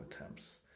attempts